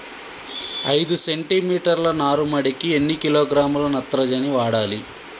ఐదు సెంటి మీటర్ల నారుమడికి ఎన్ని కిలోగ్రాముల నత్రజని వాడాలి?